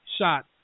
shot